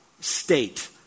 state